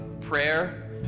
Prayer